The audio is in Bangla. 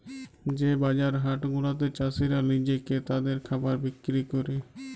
যে বাজার হাট গুলাতে চাসিরা লিজে ক্রেতাদের খাবার বিক্রি ক্যরে